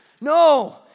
no